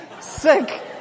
sick